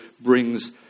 brings